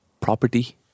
property